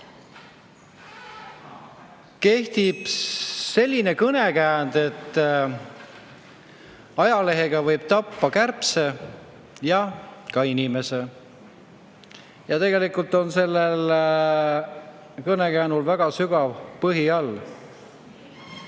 Kehtib selline kõnekäänd, et ajalehega võib tappa kärbse ja ka inimese. Tegelikult on sellel kõnekäänul väga sügav põhi all.Me